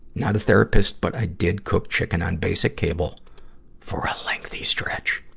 not a therapist, but i did cook chicken on basic cable for a lengthy stretch.